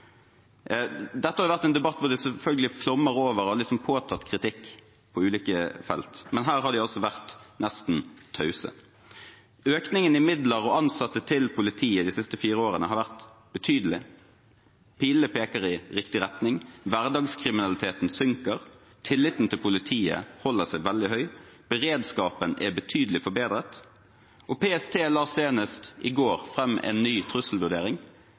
Dette har vært en debatt der det selvfølgelig flommer over av en slags påtatt kritikk på ulike felt, men her har de altså vært nesten tause. Økningen i midler og ansatte til politiet de siste fire årene har vært betydelig, pilene peker i riktig retning, hverdagskriminaliteten synker, tilliten til politiet holder seg veldig høy, beredskapen er betydelig forbedret, og PST la senest i går fram en ny trusselvurdering